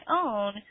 own